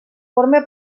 forma